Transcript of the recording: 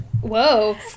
whoa